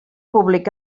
públic